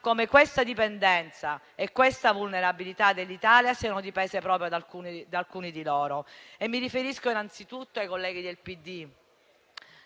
come questa dipendenza e questa vulnerabilità dell'Italia siano dipese proprio da alcuni di loro. Mi riferisco innanzitutto ai colleghi del PD,